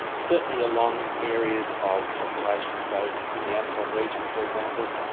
certainly along areas of population. so in the amazon region, for example,